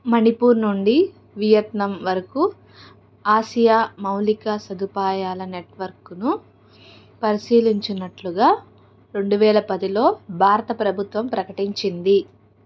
మణిపూర్ నుండి వియత్నం వరకు ఆసియా మౌలిక సదుపాయాల నెట్వర్క్ను పరిశీలించినట్లుగా రెండువేల పదిలో భారత ప్రభుత్వం ప్రకటించింది